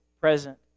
present